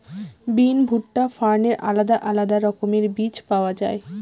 বিন, ভুট্টা, ফার্নের আলাদা আলাদা রকমের বীজ পাওয়া যায়